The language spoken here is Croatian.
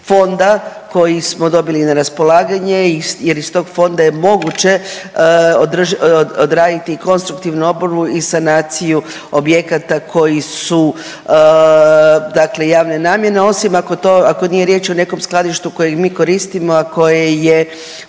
fonda koji smo dobili na raspolaganje, jer iz tog fonda je moguće odraditi i konstruktivnu oporbu i sanaciju objekata koji su, dakle javne namjene osim ako to, ako nije riječ o nekom skladištu kojeg mi koristimo, a koje je